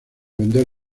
vender